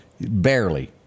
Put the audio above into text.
Barely